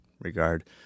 regard